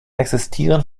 existieren